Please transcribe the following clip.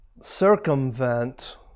circumvent